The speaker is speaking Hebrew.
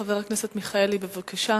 חבר הכנסת מיכאלי, בבקשה.